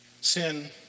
sin